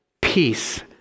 peace